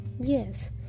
yes